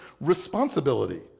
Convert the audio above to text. responsibility